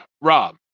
Rob